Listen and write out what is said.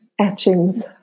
Etchings